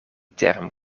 term